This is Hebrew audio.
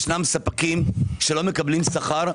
יש ספקים שלא מקבלים שכר.